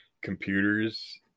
computers